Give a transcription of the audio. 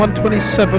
127